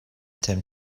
tim